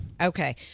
Okay